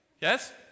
Yes